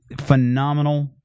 phenomenal